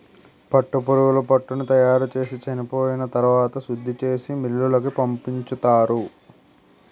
పట్టుపురుగులు పట్టుని తయారుచేసి చెనిపోయిన తరవాత శుద్ధిచేసి మిల్లులకు పంపించుతారు